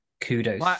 Kudos